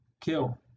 kill